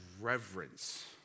reverence